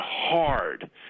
hard